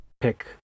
pick